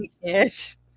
ish